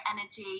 energy